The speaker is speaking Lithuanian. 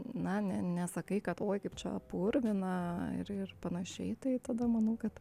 na ne nesakau kad oi kaip čia purvina ir ir panašiai tai tada manau kad